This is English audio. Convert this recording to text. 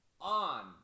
on